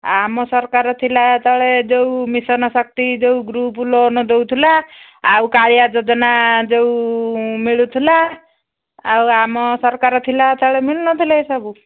ଆମ ସରକାର ଥିଲା ଯେତେବେଳେ ଯେଉଁ ମିଶନ ଶକ୍ତି ଯେଉଁ ଗ୍ରୁପ୍ ଲୋନ୍ ଦେଉଥିଲା ଆଉ କାଳିଆ ଯୋଜନା ଯେଉଁ ମିଳୁଥିଲା ଆଉ ଆମ ସରକାର ଥିଲା ଯେତେବେଳେ ମିଳୁନଥିଲା ଏସବୁ